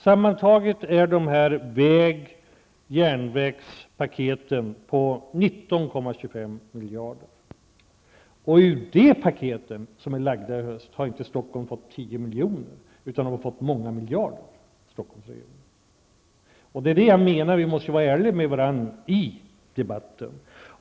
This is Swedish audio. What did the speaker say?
Sammantaget är dessa väg och järnvägspaket på 19,25 miljarder. Ur dessa paket, som lades fram i höst, har inte Stockholmsregionen fått 10 miljoner utan flera miljarder. Vi måste vara ärliga mot varandra i debatten.